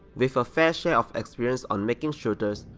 with a fair share of experience on making shooters,